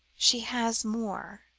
she has more